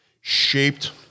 shaped